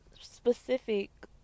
specific